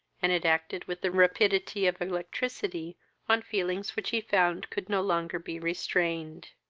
and it acted with the rapidity of electricity on feelings which he found could no longer be restrained.